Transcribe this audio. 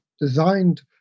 designed